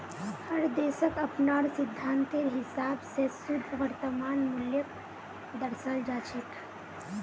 हर देशक अपनार सिद्धान्तेर हिसाब स शुद्ध वर्तमान मूल्यक दर्शाल जा छेक